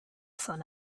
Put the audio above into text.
sun